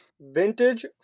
Vintage